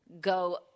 go